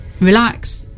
relax